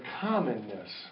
commonness